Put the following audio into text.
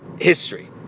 history